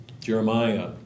Jeremiah